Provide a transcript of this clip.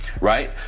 right